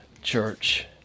Church